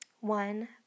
one